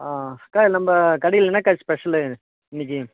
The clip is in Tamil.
அக்கா நம்ம கடையில் என்னாக்கா ஸ்பெஷலு இன்னைக்கி